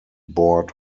board